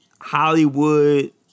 Hollywood